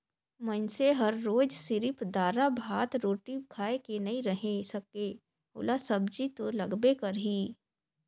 मइनसे हर रोयज सिरिफ दारा, भात, रोटी खाए के नइ रहें सके ओला सब्जी तो लगबे करही